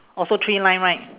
also three line right